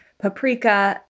paprika